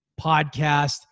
Podcast